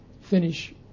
finish